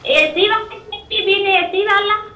AC वाला बिन AC वाला